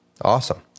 Awesome